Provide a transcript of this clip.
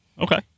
Okay